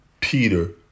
Peter